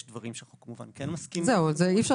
יש דברים שאנחנו כמובן כן מסכימים --- אז אי אפשר